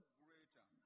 greater